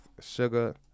sugar